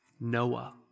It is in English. Noah